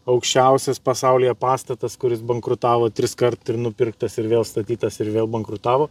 aukščiausias pasaulyje pastatas kuris bankrutavo triskart ir nupirktas ir vėl statytas ir vėl bankrutavo